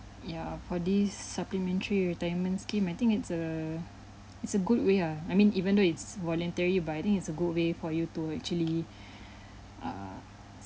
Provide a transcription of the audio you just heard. ya for these supplementary retirement scheme I think it's a it's a good way ah I mean even though it's voluntary but I think it's a good way for you to actually err